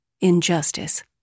Injustice